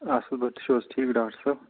اَصٕل پٲٹھۍ تُہۍ چھُو حظ ٹھیٖک ڈاکٹر صٲب